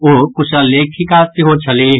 ओ कुशल लेखिका सेहो छलीह